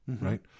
right